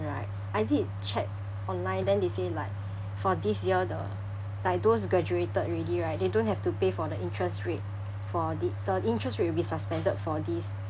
right I did check online then they say like for this year the like those graduated already right they don't have to pay for the interest rate for the the interest rate will be suspended for this